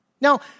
Now